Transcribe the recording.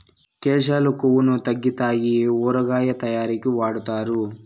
కేశాలు కొవ్వును తగ్గితాయి ఊరగాయ తయారీకి వాడుతారు